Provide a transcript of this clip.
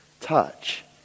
touch